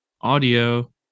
audio